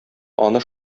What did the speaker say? аны